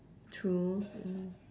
true mm